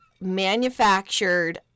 manufactured